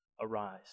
arise